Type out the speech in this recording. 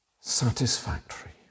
satisfactory